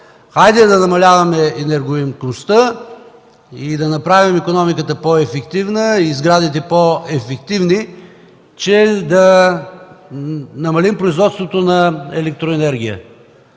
хайде да намаляваме енергоемкостта и да направим икономиката по-ефективна и сградите по-ефективни, че да намалим производството на електроенергия.